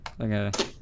okay